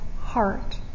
heart